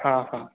हा हा